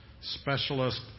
Specialist